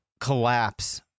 collapse